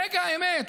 ברגע האמת,